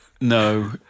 No